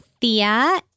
Thea